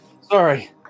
sorry